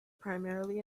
primarily